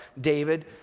David